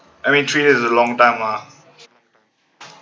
I mean three days is a long time uh